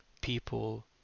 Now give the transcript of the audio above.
people